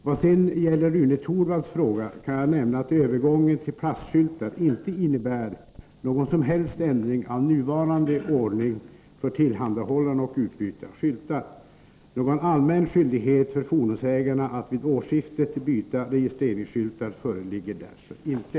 Vad sedan gäller Rune Torwalds fråga kan jag nämna att övergången till plastskyltar inte innebär någon som helst ändring av nuvarande ordning för tillhandahållande och utbyte av skyltar. Någon allmän skyldighet för fordonsägarna att vid årsskiftet byta registreringsskyltar föreligger därför inte.